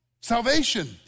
Salvation